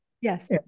Yes